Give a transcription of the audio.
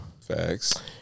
Facts